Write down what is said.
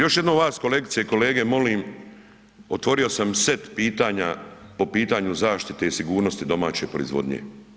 Još jednom vas kolegice i kolege molim, otvorio sam set pitanja po pitanju zaštite i sigurnosti domaće proizvodnje.